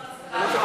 בלבד.